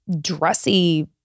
dressy